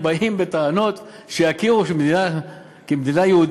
עוד באים בטענות שיכירו כמדינה יהודית?